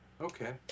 Okay